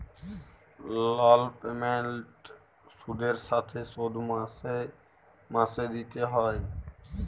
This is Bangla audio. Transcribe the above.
লল পেমেল্ট সুদের সাথে শোধ মাসে মাসে দিতে হ্যয়